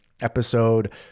episode